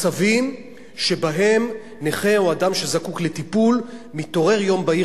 מצבים שבהם נכה או אדם שזקוק לטיפול מתעורר יום בהיר